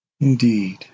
Indeed